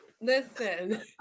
Listen